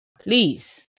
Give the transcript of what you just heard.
Please